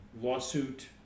lawsuit